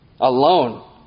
alone